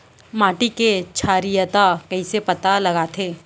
माटी के क्षारीयता कइसे पता लगथे?